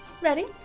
ready